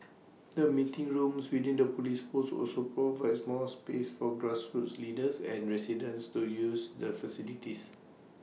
the meeting rooms within the Police post also provide more space for grassroots leaders and residents to use the facilities